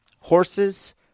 horses